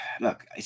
look